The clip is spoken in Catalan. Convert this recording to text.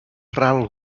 ral